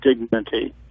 Dignity